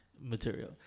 material